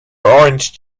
orange